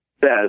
says